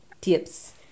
tips